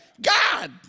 God